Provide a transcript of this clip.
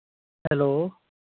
hello